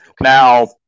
Now